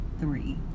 three